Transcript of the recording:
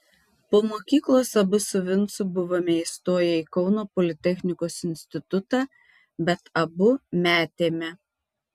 po mokyklos abu su vincu buvome įstoję į kauno politechnikos institutą bet abu metėme